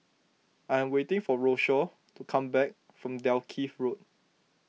I am waiting for Rochelle to come back from Dalkeith Road